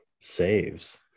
saves